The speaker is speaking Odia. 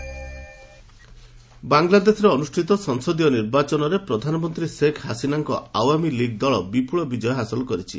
ବାଂଲା ପୋଲ୍ ବାଂଲାଦେଶରେ ଅନୁଷ୍ଠିତ ସଂସଦୀୟ ନିର୍ବାଚନରେ ପ୍ରଧାନମନ୍ତ୍ରୀ ଶେଖ୍ ହସିନାଙ୍କ ଆୱାମି ଲିଗ୍ ଦଳ ବିପୁଳ ବିଜୟ ହାସଲ କରିଛି